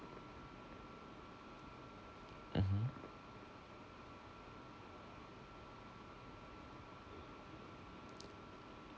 mmhmm